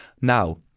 Now